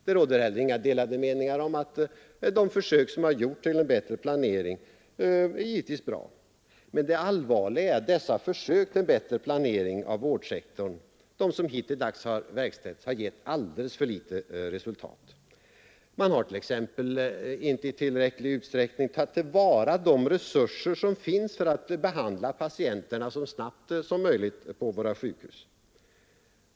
Det råder heller inga delade meningar om att de försök till en bättre planering av vårdsektorn som har gjorts givetvis är bra, men det allvarliga är att dessa försök har gett alldeles för små resultat. Man har t.ex. inte i tillräckling utsträckning tagit till vara de resurser som finns för att behandla patienterna så snabbt som möjligt på våra sjukhus.